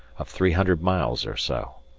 of three hundred miles or so.